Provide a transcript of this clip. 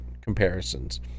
comparisons